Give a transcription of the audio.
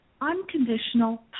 unconditional